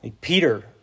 Peter